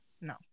No